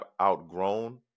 outgrown